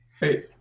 Hey